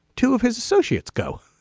two of his associates go